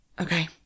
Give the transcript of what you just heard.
Okay